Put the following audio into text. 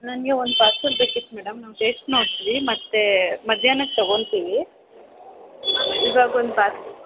ನನಗೆ ಒಂದು ಪಾರ್ಸಲ್ ಬೇಕಿತ್ತು ಮೇಡಮ್ ನಾವು ಟೇಸ್ಟ್ ನೋಡ್ತೀವಿ ಮತ್ತು ಮಧ್ಯಾಹ್ನಕ್ ತೊಗೊಂತೀವಿ ಇವಾಗ ಒಂದು ಪಾರ್ಸಲ್